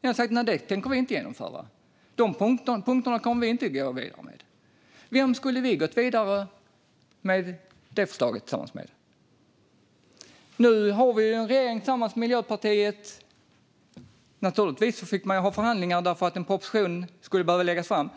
Ni hade sagt: Det kommer vi inte att genomföra. De punkterna kommer vi inte att gå vidare med. Tillsammans med vem skulle vi ha gått vidare med det förslaget? Nu har vi en regering tillsammans med Miljöpartiet. Naturligtvis fick man ha förhandlingar därför att en proposition skulle behöva läggas fram.